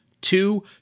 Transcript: two